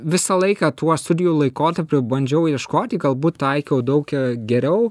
visą laiką tuo studijų laikotarpiu bandžiau ieškoti galbūt taikau daug geriau